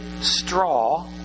straw